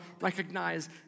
recognize